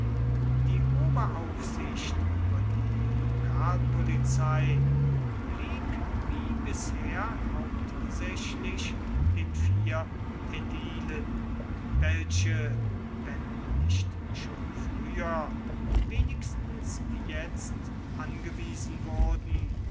die oberaufsicht über die lokalpolizei blieb wie bisher hauptsächlich den vier ädilen welche wenn nicht schon früher wenigstens jetzt angewiesen wurden